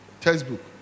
textbook